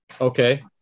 Okay